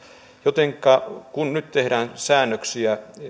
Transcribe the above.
jotenka kun nyt tehdään säännöksiä